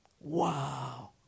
Wow